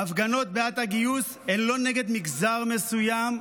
ההפגנות בעד הגיוס הן לא נגד מגזר מסוים,